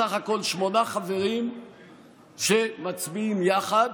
בסך הכול שמונה חברים שמצביעים יחד.